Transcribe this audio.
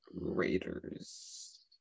Raiders